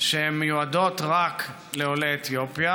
שמיועדות רק לעולי אתיופיה,